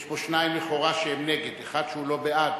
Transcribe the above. יש פה שניים לכאורה שהם נגד, אחד שהוא לא בעד,